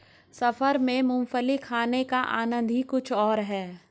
सफर में मूंगफली खाने का आनंद ही कुछ और है